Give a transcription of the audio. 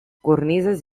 cornises